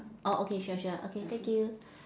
orh okay sure sure okay thank you